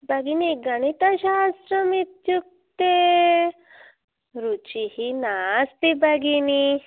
भगिनि गणितशास्त्रमित्युक्ते रुचिः नास्ति भगिनि